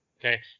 okay